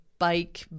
Bike